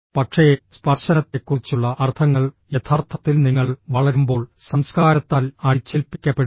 പക്ഷേ സ്പർശനത്തെക്കുറിച്ചുള്ള അർത്ഥങ്ങൾ യഥാർത്ഥത്തിൽ നിങ്ങൾ വളരുമ്പോൾ സംസ്കാരത്താൽ അടിച്ചേൽപ്പിക്കപ്പെടുന്നു